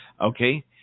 okay